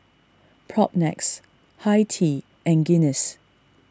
Propnex Hi Tea and Guinness